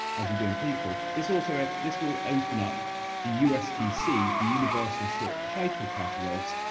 as we do in people, this also, this will open up the ustc, the universal short title catalogue's,